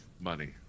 money